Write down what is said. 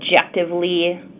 objectively